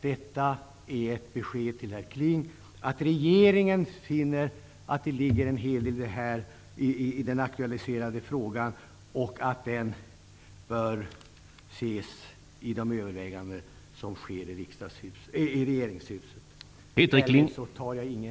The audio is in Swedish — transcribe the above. Detta är ett besked till herr Kling att regeringen finner att det ligger en hel del i den aktualiserade frågan och att den bör ses i de överväganden som sker i regeringskansliet.